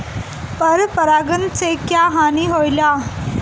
पर परागण से क्या हानि होईला?